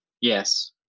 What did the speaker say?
Yes